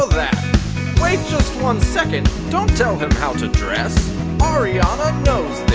that wait just one second, don't tell him how to dress ariana knows